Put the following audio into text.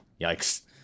yikes